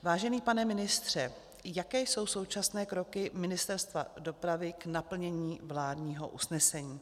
Vážený pane ministře, jaké jsou současné kroky Ministerstva dopravy k naplnění vládního usnesení?